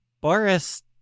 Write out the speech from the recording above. Boris